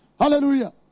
Hallelujah